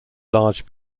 large